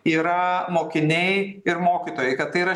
yra mokiniai ir mokytojai kad tai yra